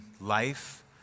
life